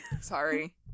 Sorry